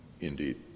Indeed